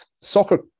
soccer